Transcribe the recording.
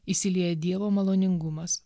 išsilieja dievo maloningumas